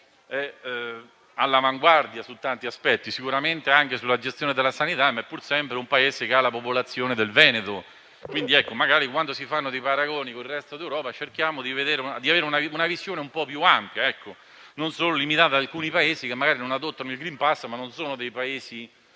all'avanguardia su tanti aspetti, di certo anche sulla gestione della sanità, ma è pur sempre un Paese che ha la popolazione del Veneto. Quindi magari, quando si fanno paragoni con il resto d'Europa cerchiamo di avere una visione un po' più ampia e non limitata ad alcuni Paesi, che magari non adottano il *green pass*, ma che non sono dei Paesi